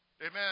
Amen